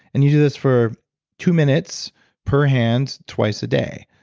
and you do this for two minutes per hand twice a day,